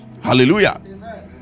hallelujah